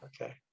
Okay